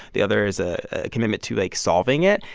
the other is a commitment to, like, solving it.